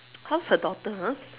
how's her daughter ah